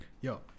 Yo